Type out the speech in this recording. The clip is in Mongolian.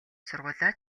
сургуулиа